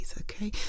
okay